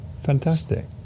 Fantastic